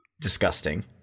disgusting